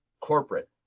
corporate